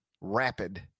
rapid